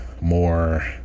more